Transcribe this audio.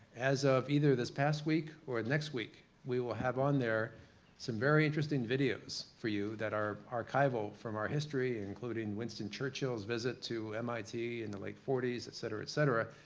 as of either this past week or next week we will have on there some very interesting videos for you that are archival from our history, including winston churchill's visit to mit in the late forty s, et cetera et cetera.